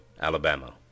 Alabama